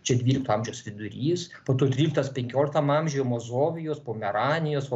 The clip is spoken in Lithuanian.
čia dvylikto amžiaus vidurys po to tryliktas penkioliktam amžiuj mazovijos pomeranijos